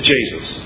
Jesus